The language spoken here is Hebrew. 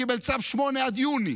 הוא קיבל צו 8 עד יוני,